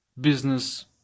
business